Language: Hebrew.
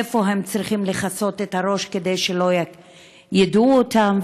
איפה הם צריכים לכסות את הראש כדי שלא יכירו אותם?